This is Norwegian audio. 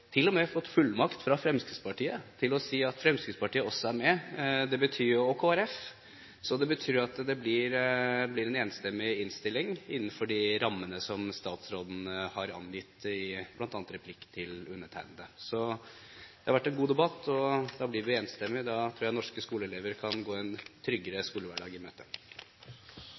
fått fullmakt fra Fremskrittspartiet til å si at Fremskrittspartiet også er med – og Kristelig Folkeparti. Det betyr at det blir en enstemmig innstilling innenfor de rammene som statsråden har angitt, bl.a. i replikk til undertegnede. Det har vært en god debatt, og da blir saken enstemmig. Da tror jeg norske skoleelever kan gå en tryggere skolehverdag i møte.